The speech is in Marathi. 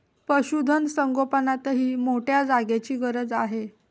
पशुधन संगोपनातही मोठ्या जागेची गरज आहे